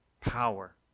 power